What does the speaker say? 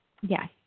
Yes